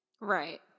right